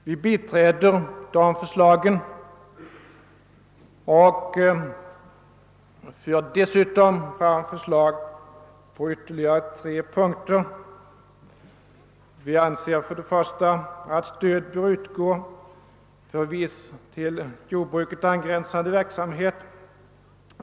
Vi biträder dessa förslag och framför dessutom förslag på ytterligare tre punkter. Vi anser för det första att stöd bör utgå för viss till jordbruket angränsande verksamhet.